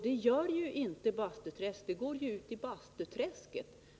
Det gör inte Bastuträsk, utan dess avlopp går ut i Bastuträsket.